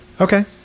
Okay